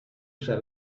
said